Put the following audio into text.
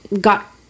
got